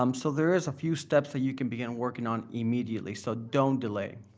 um so there is a few steps that you can begin working on immediately, so don't delay.